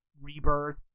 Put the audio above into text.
rebirth